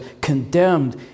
condemned